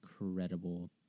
incredible